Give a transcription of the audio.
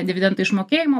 dividendų išmokėjimo